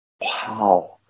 Wow